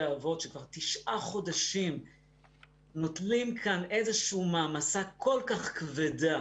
האבות שכבר תשעה חודשים נוטלים כאן איזושהי מעמסה כל כך כבדה